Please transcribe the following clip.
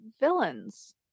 villains